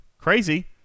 Crazy